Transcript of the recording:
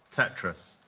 tetris.